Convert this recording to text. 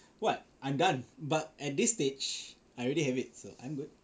what I'm done but at this stage I already have it so I'm good